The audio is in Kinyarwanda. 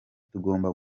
tugomba